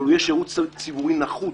אבל הוא יהיה שירות ציבורי נחות,